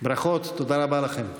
ברכות ותודה רבה לכם.